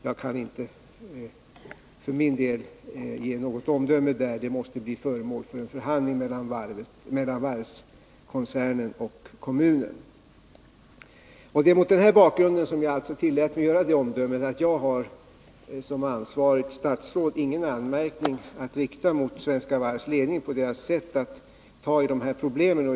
Jag kan för min del inte ge något omdöme — frågan måste bli föremål för förhandling mellan varvskoncernen och kommunen. Mot den här bakgrunden har jag tillåtit mig att göra det uttalandet att jag som ansvarigt statsråd inte har någon anmärkning att rikta mot det sätt på vilket Svenska Varvs ledning hanterat problemen.